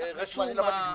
זה רשום.